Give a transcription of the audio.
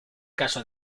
caso